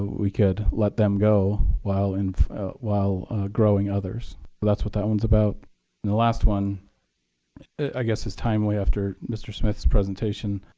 we could let them go while and while growing others. so but that's what that one's about. and the last one i guess is timely after mr. smith's presentation.